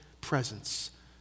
presence